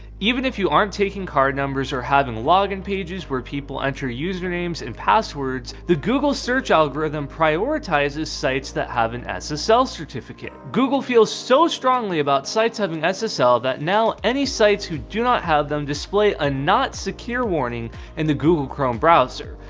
even if you aren't taking card numbers or having login pages where people enter usernames and passwords, the google search algorithm prioritizes sites that have an ah ssl certificate. google feels so strongly about sites having ssl ah that now any sites who do not have them display a not secure warning in the google chrome browser.